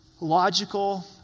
logical